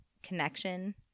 connection